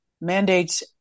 mandates